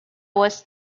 was